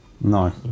no